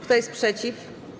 Kto jest przeciw?